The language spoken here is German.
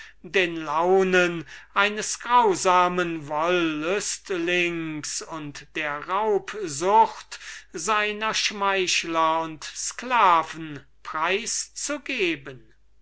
den launen dieses weibischen menschen und der raubsucht seiner schmeichler und sklaven preis